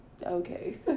Okay